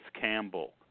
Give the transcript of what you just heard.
Campbell